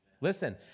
Listen